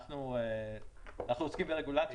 אנחנו עוסקים ברגולציה.